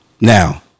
Now